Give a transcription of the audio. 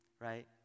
Right